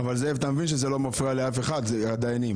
אבל זאב, אתה מבין שזה לא מפריע לאף אחד, הדיינים.